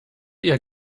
ihr